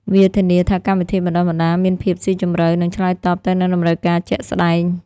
វាធានាថាកម្មវិធីបណ្តុះបណ្តាលមានភាពស៊ីជម្រៅនិងឆ្លើយតបទៅនឹងតម្រូវការជាក់ស្តែង។